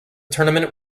tournament